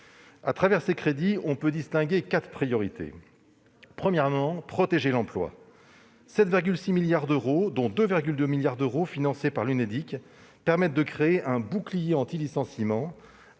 Au travers de ces crédits, on peut distinguer quatre priorités. Premièrement, protéger l'emploi. À cette fin, 7,6 milliards d'euros, dont 2,2 milliards d'euros financés par l'Unédic, permettent de créer un bouclier anti-licenciements,